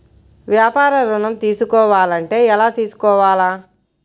వ్యాపార ఋణం తీసుకోవాలంటే ఎలా తీసుకోవాలా?